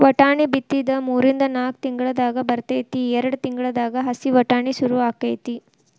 ವಟಾಣಿ ಬಿತ್ತಿದ ಮೂರಿಂದ ನಾಕ್ ತಿಂಗಳದಾಗ ಬರ್ತೈತಿ ಎರ್ಡ್ ತಿಂಗಳದಾಗ ಹಸಿ ವಟಾಣಿ ಸುರು ಅಕೈತಿ